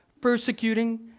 persecuting